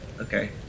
Okay